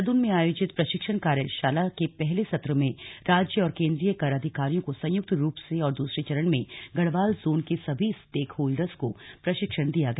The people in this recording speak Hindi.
देहरादून में आयोजित प्रशिक्षण कार्यशाला के पहले सत्र में राज्य और केन्द्रीय कर अधिकारियों को सयुंक्त रूप से और दूसरे चरण में गढ़वाल जोन के सभी स्टेक होल्डर्स को प्रशिक्षण दिया गया